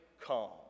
calm